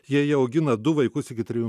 jei jie augina du vaikus iki trijų